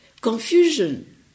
confusion